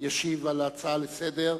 ישיב על ההצעה לסדר-היום.